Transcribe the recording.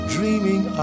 Dreaming